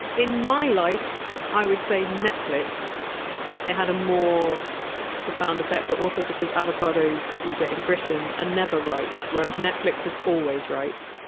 in my life, i would say netflix it had a more profound effect. but also because avocados we get in britain are ah never ripe, whereas netflix is always ripe.